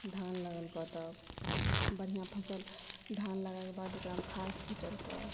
धान लगेलके तऽ बढ़ियआँ फसल धान लगेलाके बाद ओकरा खाद्य छिंटलकहुँ